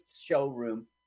showroom